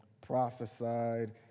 prophesied